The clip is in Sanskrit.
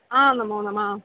आम् नमोनमः